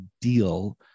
deal